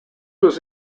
was